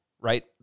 right